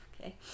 okay